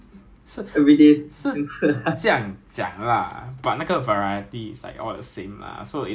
then they will ask for your survey so a lot of people survey right they want lor-mai-kai so in the end like lor-mai-kai becomes more